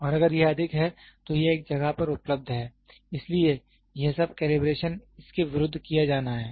और अगर यह अधिक है तो यह एक जगह पर उपलब्ध है इसलिए यह सब कैलिब्रेशन इसके विरुद्ध किया जाना है